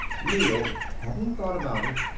neel hadn't thought about it,